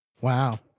Wow